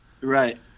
Right